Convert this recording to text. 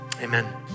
Amen